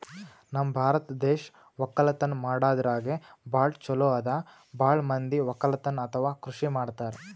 ನಮ್ ಭಾರತ್ ದೇಶ್ ವಕ್ಕಲತನ್ ಮಾಡದ್ರಾಗೆ ಭಾಳ್ ಛಲೋ ಅದಾ ಭಾಳ್ ಮಂದಿ ವಕ್ಕಲತನ್ ಅಥವಾ ಕೃಷಿ ಮಾಡ್ತಾರ್